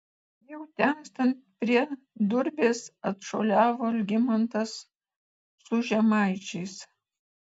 jau temstant prie durbės atšuoliavo algminas su žemaičiais